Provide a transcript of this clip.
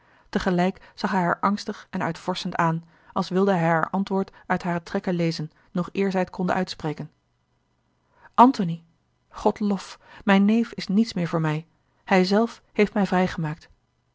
tegelijk zag hij haar angstig en uitvorschend aan als wilde hij haar antwoord uit hare trekken lezen nog eer zij het tonde uitspreken antony god lof mijn neef is niets meer voor mij hij zelf heeft mij vrijgemaakt